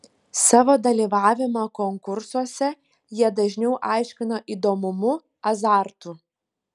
savo dalyvavimą konkursuose jie dažniau aiškina įdomumu azartu